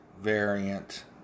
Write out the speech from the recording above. variant